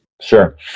Sure